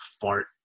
fart